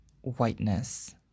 whiteness